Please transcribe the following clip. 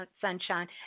Sunshine